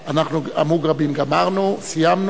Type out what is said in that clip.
המוגרבים, סיימנו.